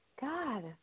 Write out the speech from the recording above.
God